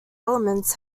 elements